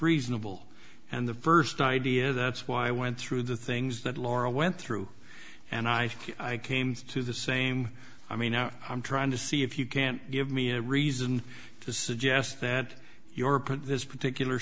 reasonable and the first idea that's why i went through the things that laura went through and i think i came to the same i mean now i'm trying to see if you can give me a reason to suggest that your put this particular